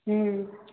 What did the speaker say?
ह्म्म